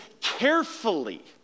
carefully